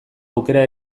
aukera